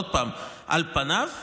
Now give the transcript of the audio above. עוד פעם, על פניו כן,